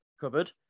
covered